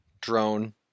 drone